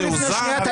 "תעוזה"?